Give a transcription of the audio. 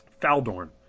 Faldorn